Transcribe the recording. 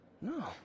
No